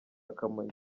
kamonyi